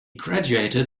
graduated